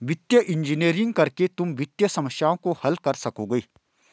वित्तीय इंजीनियरिंग करके तुम वित्तीय समस्याओं को हल कर सकोगे